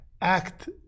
act